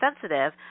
sensitive